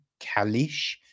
Kalish